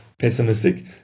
pessimistic